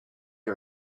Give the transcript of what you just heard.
you